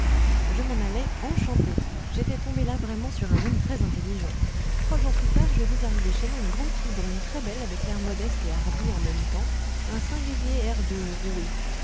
je m'en allai enchantée j'étais tombée là vraiment sur un homme très intelligent trois jours plus tard je vis arriver chez moi une grande fille brune très belle avec l'air modeste et hardi en même temps un singulier air de rouée